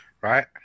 right